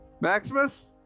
maximus